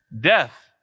Death